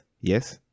Yes